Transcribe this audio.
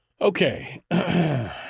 Okay